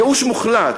ייאוש מוחלט,